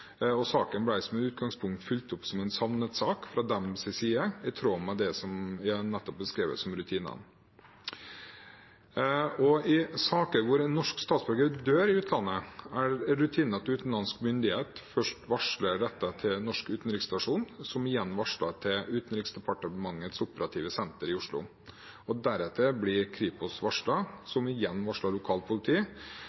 og saken ble som utgangspunkt fulgt opp som en savnet-sak fra deres side, i tråd med det jeg nettopp har beskrevet som rutinene. I saker hvor en norsk statsborger dør i utlandet, er rutinen at utenlandsk myndighet først varsler dette til norsk utenriksstasjon, som igjen varsler til Utenriksdepartementets operative senter i Oslo. Deretter varsles Kripos,